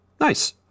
Nice